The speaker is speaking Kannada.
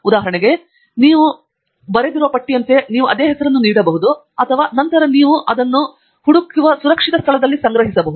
ಉದಾಹರಣೆಗೆ ನೀವು ಬರೆದಿರುವ ಪಟ್ಟಿಯಂತೆ ನೀವು ಅದೇ ಹೆಸರನ್ನು ನೀಡಬಹುದು ಮತ್ತು ನೀವು ನಂತರ ಅದನ್ನು ಹುಡುಕುವ ಸುರಕ್ಷಿತ ಸ್ಥಳದಲ್ಲಿ ಸಂಗ್ರಹಿಸಬಹುದು